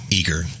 eager